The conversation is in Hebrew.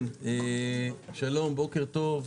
כן, שלום, בוקר טוב.